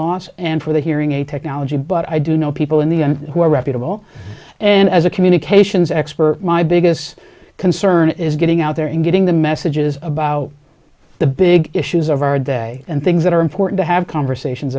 loss and for the hearing aid technology but i do know people in the who are reputable and as a communications expert my biggest concern is getting out there and getting the messages about the big issues of our day and things that are important to have conversations